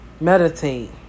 meditate